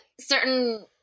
certain